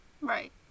Right